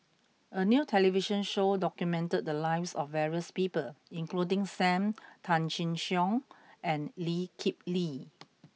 a new television show documented the lives of various people including Sam Tan Chin Siong and Lee Kip Lee